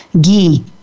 ghee